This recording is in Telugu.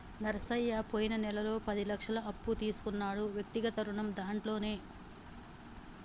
నరసయ్య పోయిన నెలలో పది లక్షల అప్పు తీసుకున్నాడు వ్యక్తిగత రుణం దాంట్లోనే